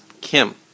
Kim